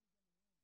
כל השאר.